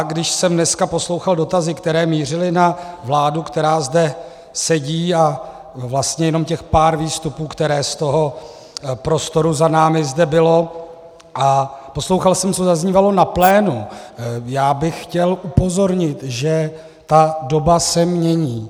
Když jsem dneska poslouchal dotazy, které mířily na vládu, která zde sedí, a vlastně jenom těch pár výstupů, které z toho prostoru za námi zde bylo, a poslouchal jsem, co zaznívalo na plénu, chtěl bych upozornit, že doba se mění.